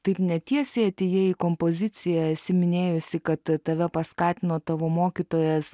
taip ne tiesiai atėjai į kompoziciją esi minėjusi kad tave paskatino tavo mokytojas